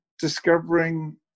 discovering